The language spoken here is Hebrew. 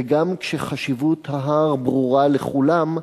וגם כשחשיבות ההר ברורה לכולם,